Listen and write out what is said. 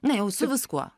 ne jau su viskuo